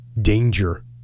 danger